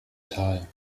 tal